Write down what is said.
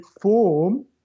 form